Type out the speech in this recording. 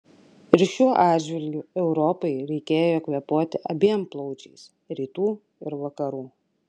ir šiuo atžvilgiu europai reikėjo kvėpuoti abiem plaučiais rytų ir vakarų